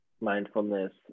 mindfulness